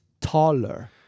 taller